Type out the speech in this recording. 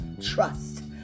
Trust